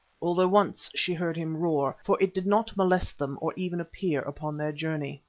although once she heard him roar, for it did not molest them or even appear upon their journey.